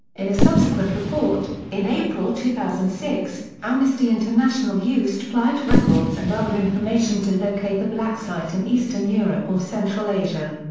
in a subsequent report, in april two thousand and six, amnesty international used flight records and other information to locate the black site in eastern europe or central asia.